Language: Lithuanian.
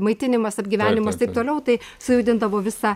maitinimas apgyvendinimas taip toliau tai sujudindavo visą